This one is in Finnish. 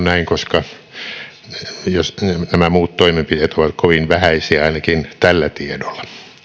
näin koska nämä muut toimenpiteet ovat kovin vähäisiä ainakin tällä tiedolla